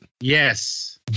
Yes